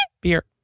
Beer